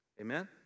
Amen